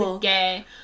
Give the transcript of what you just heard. gay